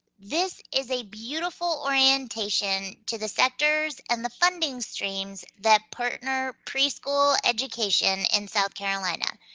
this is a beautiful orientation to the sectors and the funding streams that partner preschool education in south carolina.